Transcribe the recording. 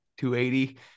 280